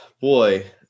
boy